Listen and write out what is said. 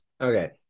Okay